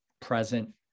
present